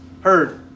Heard